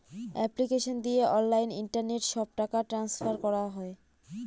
application দিয়ে online internet সব টাকা ট্রান্সফার করা হয়